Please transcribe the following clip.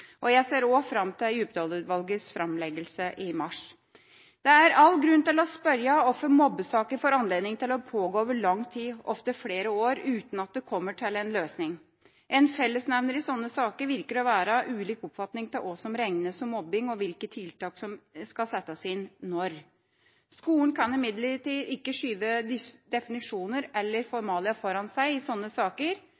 Jeg ser fram til Djupedal-utvalgets framleggelse i mars. Det er all grunn til å spørre hvorfor mobbesaker får anledning til å pågå over lang tid, ofte flere år, uten at det kommer til en løsning. En fellesnevner i slike saker virker å være ulik oppfatning av hva som regnes som mobbing, og hvilke tiltak som skal settes inn når. Skolen kan imidlertid ikke skyve definisjoner eller formalia foran seg i slike saker.